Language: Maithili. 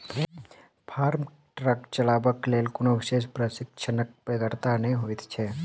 फार्म ट्रक चलयबाक लेल कोनो विशेष प्रशिक्षणक बेगरता नै होइत छै